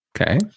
Okay